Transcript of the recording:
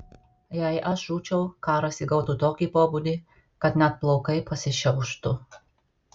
jei aš žūčiau karas įgautų tokį pobūdį kad net plaukai pasišiauštų